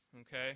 Okay